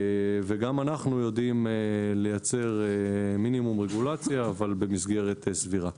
וגם אנחנו יודעים לייצר מינימום רגולציה אבל במסגרת סבירה.